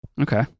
Okay